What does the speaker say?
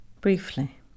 briefly